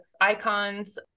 icons